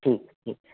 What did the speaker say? ਠੀਕ ਠੀਕ